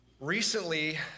Recently